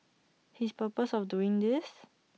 his purpose of doing this